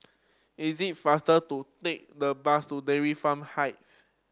it is faster to take the bus to Dairy Farm Heights